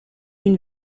une